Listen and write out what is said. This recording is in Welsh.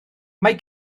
mae